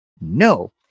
No